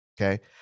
Okay